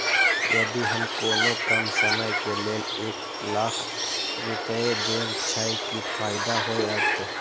यदि हम कोनो कम समय के लेल एक लाख रुपए देब छै कि फायदा होयत?